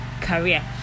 career